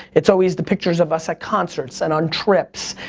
it's always the pictures of us at concerts and on trips.